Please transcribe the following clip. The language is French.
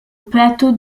plateau